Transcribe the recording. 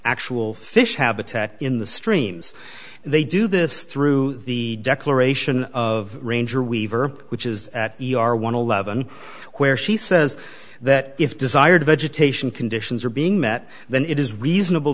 actual fish habitat in the streams they do this through the declaration of ranger weaver which is e r one eleven where she says that if desired vegetation conditions are being met then it is reasonable